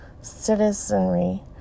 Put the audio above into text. citizenry